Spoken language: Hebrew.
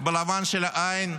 בלבן של העין,